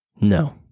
No